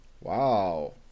Wow